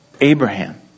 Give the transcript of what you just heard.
Abraham